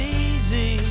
easy